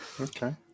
Okay